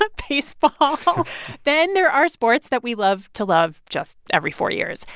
ah baseball. then there are sports that we love to love just every four years.